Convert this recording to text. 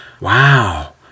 Wow